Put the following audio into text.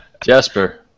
Jasper